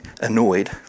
annoyed